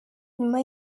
nyuma